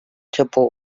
japó